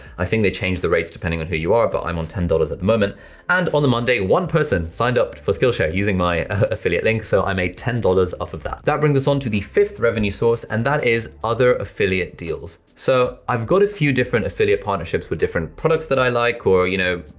i think they change the rates depending on who you are, but i'm on ten dollars at the moment and on the monday, one person signed up for skillshare using my affiliate link, so i made ten dollars off of that. that brings us onto the fifth revenue source, and that is other affiliate deals. so, i've got a few different affiliate partnerships with different products that i like or you know,